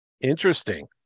Interesting